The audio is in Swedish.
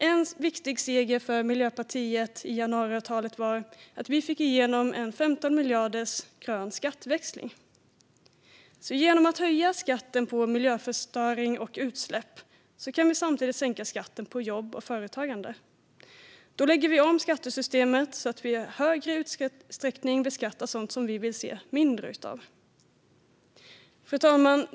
En viktig seger för Miljöpartiet i januariavtalet var att vi fick igenom en grön skatteväxling på 15 miljarder. Genom att höja skatten på miljöförstöring och utsläpp kan vi samtidigt sänka skatten på jobb och företagande. Då lägger vi om skattesystemet så att vi i större utsträckning beskattar sådant vi vill se mindre av. Fru talman!